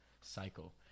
cycle